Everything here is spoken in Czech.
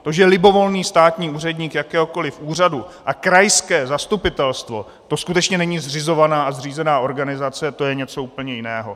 To, že libovolný státní úředník jakéhokoliv úřadu a krajské zastupitelstvo, to skutečně není zřizovaná a zřízená organizace, to je něco úplně jiného!